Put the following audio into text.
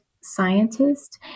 scientist